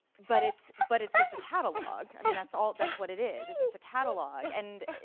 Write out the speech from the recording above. but it's, but it's just a catalog, i mean, that's all, that's what it is, it's just a catalog, and,